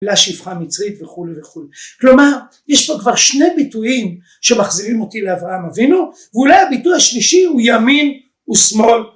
לשפחה מצרית וכולי וכולי. כלומר, יש פה כבר שני ביטויים שמחזירים אותי לאברהם אבינו ואולי הביטוי השלישי הוא ימין ושמאל